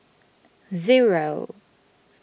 zero